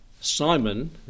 Simon